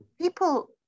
people